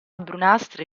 brunastre